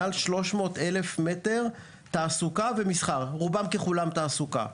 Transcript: מעל 300,000 מטרים תעסוקה ומסחר כאשר רובם ככולם תעסוקה.